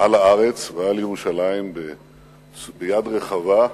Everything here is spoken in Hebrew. לארץ ולירושלים ביד רחבה,